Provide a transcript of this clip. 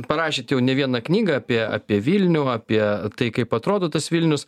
parašėt jau ne vieną knygą apie apie vilnių apie tai kaip atrodo tas vilnius